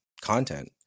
content